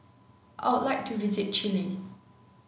I would like to visit Chile